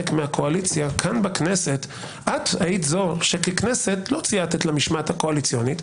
מהקואליציה כאן בכנסת את היית זו שככנסת לא ציית למשמעת הקואליציונית,